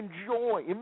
enjoy